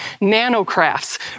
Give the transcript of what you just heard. nanocrafts